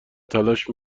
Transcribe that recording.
تلاش